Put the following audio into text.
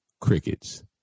crickets